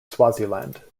swaziland